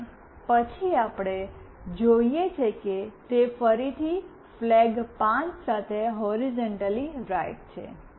અને પછી આપણે જોઈએ છીએ કે તે ફરીથી ફ્લેગ ૫ સાથે હૉરિઝૉન્ટલી રાઈટ છે